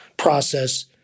process